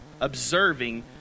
observing